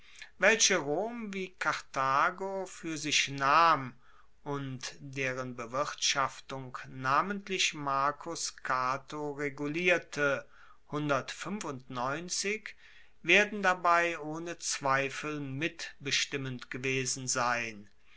welche rom wie karthago fuer sich nahm und deren bewirtschaftung namentlich marcus cato regulierte werden dabei ohne zweifel mitbestimmend gewesen sein